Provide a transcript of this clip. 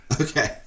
Okay